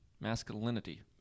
Masculinity